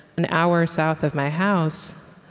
an hour south of my house,